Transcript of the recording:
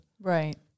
Right